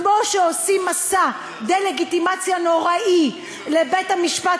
כמו שעושים מסע דה-לגיטימציה נוראי לבית-המשפט